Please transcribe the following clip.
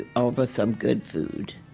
over some good food,